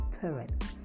parents